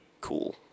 cool